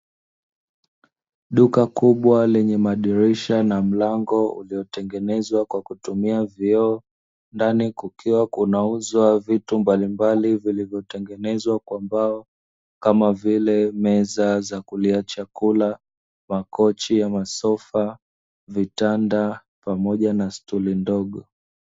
Duka kubwa lenye madirisha na mlango uliotengenezwa kwa kutumia vioo, ndani kukiwa kunauzwa vitu mbalimbali vilivyotengenezwa kwa mbao, kama vile: meza za kulia chakula, makochi ya masofa, vitanda pamoja na stuli ndogo.